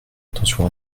attention